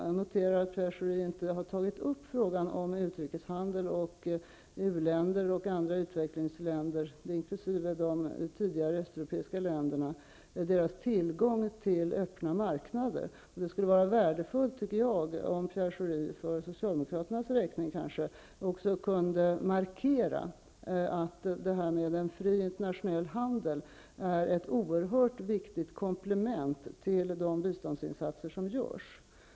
Jag noterar att Pierre Schori inte har tagit upp frågan om utrikeshandel med u-länder och andra länder, inkl. de östeuropeiska länderna, och dessa länders tillgång till öppna marknader. Det skulle vara värdefullt om Pierre Schori för Socialdemokraternas räkning kunde markera att detta med en fri internationell handel är ett oerhört viktigt komplement till de biståndsinsatser som görs.